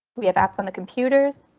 we have apps on the computers.